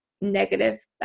negative